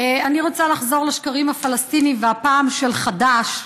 אני רוצה לחזור לשקרים הפלסטיניים, והפעם של חד"ש,